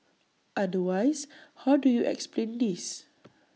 otherwise how do you explain this